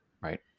right